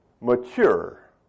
mature